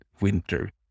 winter